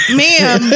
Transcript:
ma'am